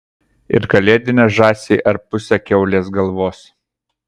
ir kalėdinę žąsį ar pusę kiaulės galvos